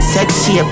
Sexy